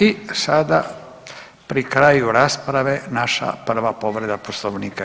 I sada pri kraju rasprave naša prva povreda Poslovnika.